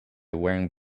wearing